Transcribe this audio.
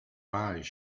eyes